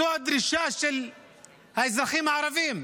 זו הדרישה של האזרחים הערבים,